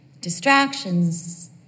distractions